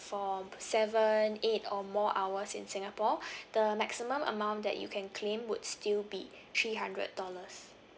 for seven eight or more hours in singapore the maximum amount that you can claim would still be three hundred dollars